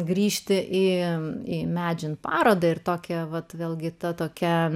grįžti į medžių parodą ir tokie vat vėlgi ta tokia